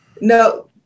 No